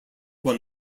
won